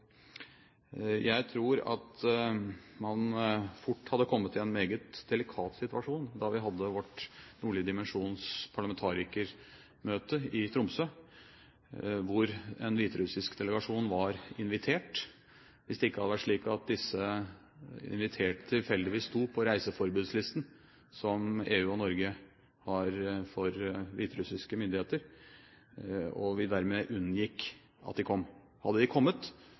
Jeg tror at vi fort hadde kommet i en meget delikat situasjon under vårt nordlige dimensjons parlamentarikermøte i Tromsø hvor en hviterussisk delegasjon var invitert, hvis det ikke hadde vært slik at de inviterte tilfeldigvis sto på reiseforbudslisten som EU og Norge har for hviterussiske myndigheter, og at vi dermed unngikk at de kom. Hadde de kommet,